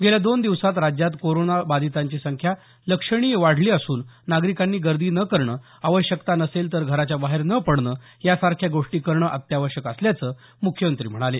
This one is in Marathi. गेल्या दोन दिवसात राज्यात कोरोना बाधितांची संख्या लक्षणीय वाढली असून नागरिकांनी गर्दी न करणं आवश्यकता नसेल तर घराच्या बाहेर न पडणं यासारख्या गोष्टी करणं अत्यावश्यक असल्याचं मुख्यमंत्री म्हणाले